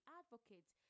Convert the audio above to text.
advocates